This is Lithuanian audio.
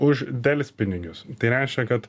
už delspinigius tai reiškia kad